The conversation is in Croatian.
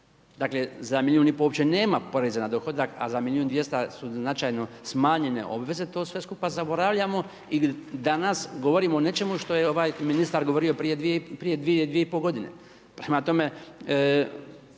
dakle za milijun i pol uopće nema poreza na dohodak a za milijuna i 200 su značajno smanjene obveze, to sve skupa zaboravljamo i danas govorimo o nečemu što je ovaj ministar govorio prije 2,5 godine. Prema tome,